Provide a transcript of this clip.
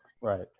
right